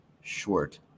short